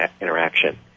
interaction